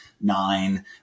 nine